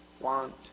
want